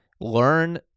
learn